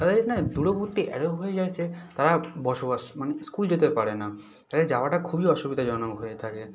তাদের না দূরবর্তী এরম হয়ে গিয়েছে তারা বসবাস মানে স্কুল যেতে পারে না তাদের যাওয়াটা খুবই অসুবিধাজনক হয়ে থাকে